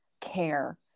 care